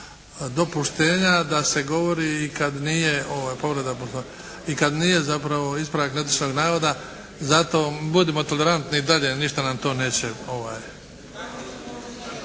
dopuštenja da se govori i kad nije zapravo ispravak netočnog navoda. Zato budimo tolerantni i dalje, ništa nam to neće.